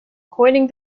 coining